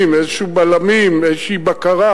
איזונים, איזשהם בלמים, איזושהי בקרה.